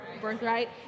birthright